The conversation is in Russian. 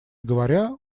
говоря